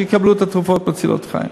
שיקבלו את התרופות מצילות החיים?